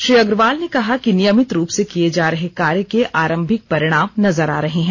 श्री अग्रवाल ने कहा कि नियमित रूप से किए जा रहे कार्य के आरंभिक परिणाम नजर आ रहे हैं